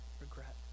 regret